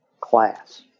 class